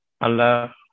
Allah